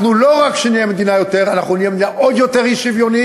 אנחנו לא רק נהיה מדינה עוד יותר אי-שוויונית,